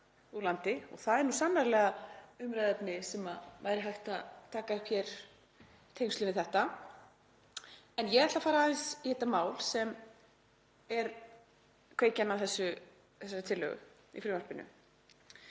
landi og það er sannarlega umræðuefni sem væri hægt að taka upp hér í tengslum við þetta. En ég ætla að fara aðeins í það mál sem er kveikjan að þessari tillögu í frumvarpinu